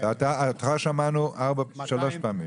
שמענו שלוש פעמים.